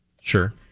Sure